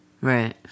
Right